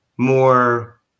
more